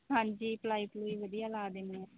ਹਾਂਜੀ ਪਲਾਈ ਪਲੁਈ ਵਧੀਆ ਲਾ ਦਿੰਦੇ ਹਾਂ